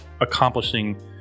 accomplishing